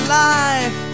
life